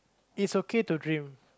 it's okay to dream